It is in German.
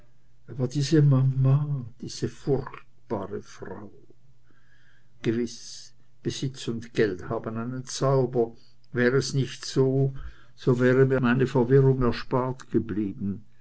diese mama diese furchtbare frau gewiß besitz und geld haben einen zauber wär es nicht so so wäre mir meine verirrung erspart geblieben